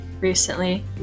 recently